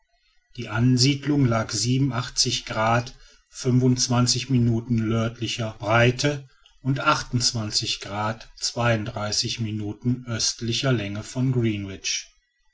die ansiedlung lag grad nördlicher breite und östlicher länge von